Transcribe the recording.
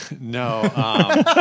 No